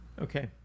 Okay